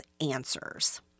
answers